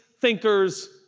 thinkers